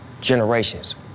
generations